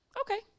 okay